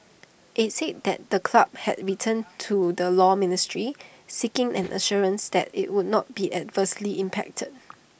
he said that the club had written to the law ministry seeking an assurance that IT would not be adversely impacted